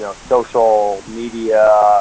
you know social media,